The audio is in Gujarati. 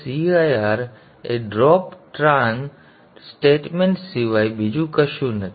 cir એ ડ્રોપ ટ્રાન સ્ટેટમેન્ટ સિવાય બીજું કશું જ નથી